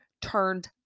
turned